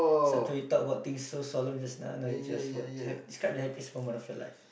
it's up to you talk about things so solemn just now now we just what's happ~ describe the happiest moment of your life